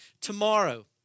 Tomorrow